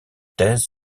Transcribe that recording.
thèse